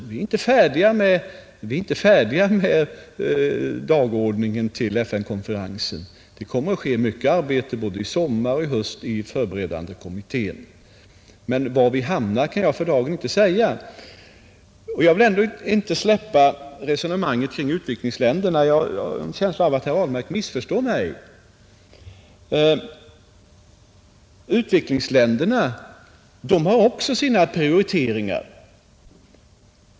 Vi är inte färdiga med dagordningen till FN-konferensen — det kommer att uträttas mycket arbete både i sommar och i höst i förberedande kommittén. Var vi hamnar kan jag för dagen inte säga. Jag vill inte släppa resonemanget kring utvecklingsländerna; jag har en känsla av att herr Ahlmark missförstår mig. Utvecklingsländerna har också sina prioriteringar.